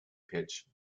pitch